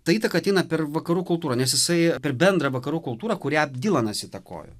ta įtaka ateina per vakarų kultūrą nes jisai per bendrą vakarų kultūrą kurią dylanas įtakojo